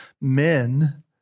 men